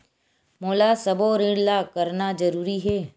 मोला सबो ऋण ला करना जरूरी हे?